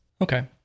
Okay